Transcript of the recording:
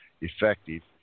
effective